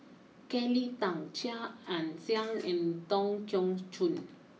Kelly Tang Chia Ann Siang and Tan Keong Choon